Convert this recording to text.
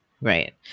right